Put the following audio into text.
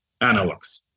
analogs